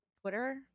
Twitter